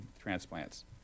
transplants